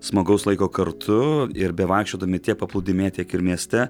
smagaus laiko kartu ir bevaikščiodami tiek paplūdimyje tiek ir mieste